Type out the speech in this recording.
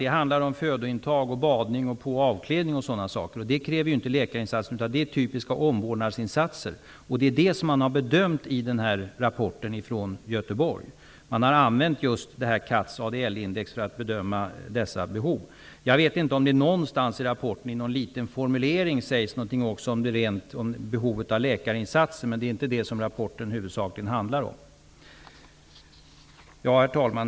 Det handlar om födointag, badning, på och avklädning o.d. För detta krävs inte läkarinsatser utan typiska omvårdnadsinsatser. Det är detta som har bedömts i rapporten från Göteborg. Man har där använt Katz ADL-index för att bedöma dessa behov. Jag vet inte om det i någon liten formulering i rapporten också sägs något om behov av rena läkarinsatser, men det är inte det som rapporten huvudsakligen handlar om. Herr talman!